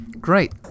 Great